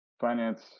finance